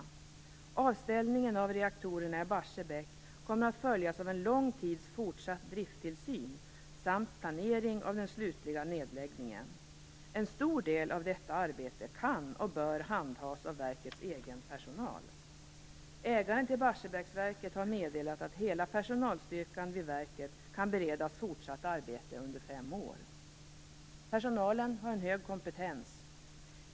Avställningen av reaktorerna i Barsebäck kommer att följas av en lång tids fortsatt drifttillsyn samt planering av den slutliga nedläggningen. En stor del av detta arbete, kan och bör, handhas av verkets egen personal. Ägaren till Barsebäcksverket har meddelat att hela personalstyrkan vid verket kan beredas fortsatt arbete under fem år. Personalen har hög kompetens.